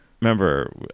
remember